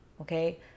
okay